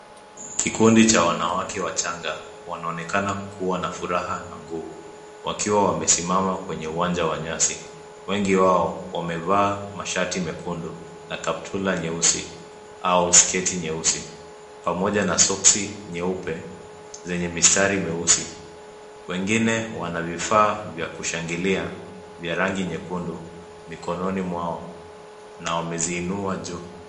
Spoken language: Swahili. Kikundi cha wanawake wachanga wanaonekana kuwa na furaha na nguvu wakiwa wamesimama kwenye uwanja wa nyasi. Wengi wao wamevaa masharti mekundu na kaptula nyeusi au sketi nyeusi pamoja na soksi nyeupe zenye mistari meusi. Wengine wana vifaa vya kushangilia vya rangi nyekundu mikononi mwao na wameziinua juu.